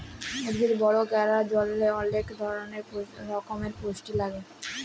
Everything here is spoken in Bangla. উদ্ভিদ বড় ক্যরার জন্হে অলেক রক্যমের পুষ্টি লাগে